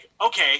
okay